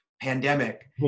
pandemic